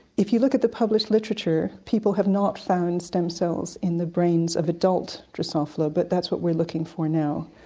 if you look at the published literature people have not found stem cells in the brains of adult drosophila, but that's what we're looking for now,